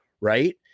right